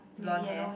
blonde hair